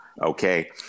okay